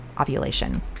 ovulation